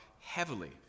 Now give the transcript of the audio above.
heavily